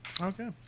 okay